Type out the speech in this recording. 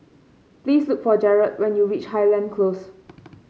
please look for Jerrod when you reach Highland Close